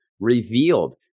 revealed